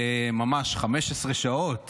ממש 15 שעות